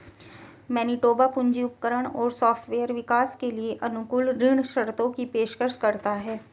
Manitoba पूंजी उपकरण और सॉफ्टवेयर विकास के लिए अनुकूल ऋण शर्तों की पेशकश करता है